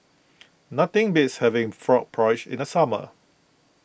nothing beats having Frog Porridge in the summer